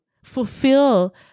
fulfill